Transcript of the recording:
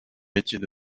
métiers